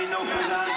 מושחת, מושחתים.